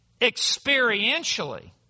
experientially